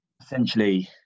essentially